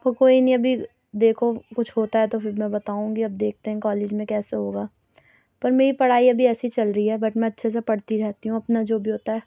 پر کوئی نہیں ابھی دیکھو کچھ ہوتا ہے تو پھر میں بتاؤں گی اب دیکھتے ہیں کالج میں کیسے ہوگا پر میری پڑھائی ابھی ایسی ہی چل رہی ہے بٹ میں اچھے سے پڑھتی رہتی ہوں اپنا جو بھی ہوتا ہے